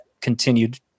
continued